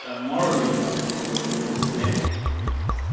ah morally wrong with, with selecting humans.